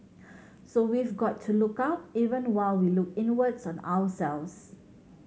so we've got to look out even while we look inwards on ourselves